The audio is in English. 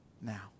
now